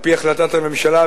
על-פי החלטת הממשלה,